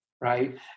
right